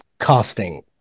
casting